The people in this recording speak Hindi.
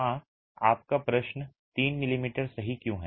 हां आपका प्रश्न 3 मिमी सही क्यों है